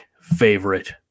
favorite